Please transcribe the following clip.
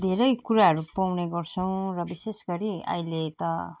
धेरै कुराहरू पाउने गर्छौँ र विशेष गरी अहिले त हामीले